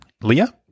Leah